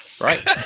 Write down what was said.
Right